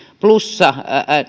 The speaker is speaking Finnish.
plussa